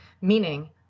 meaning